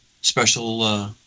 special